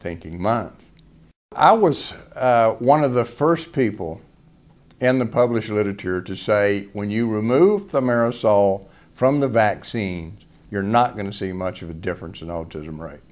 thinking months i was one of the first people and the published literature to say when you remove the marrow saw from the vaccines you're not going to see much of a difference in autism right